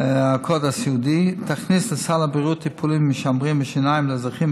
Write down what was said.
הקוד הסיעודי ותכניס לסל הבריאות טיפולים משמרים לשיניים לאזרחים